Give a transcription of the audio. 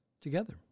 Together